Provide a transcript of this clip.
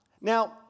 Now